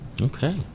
Okay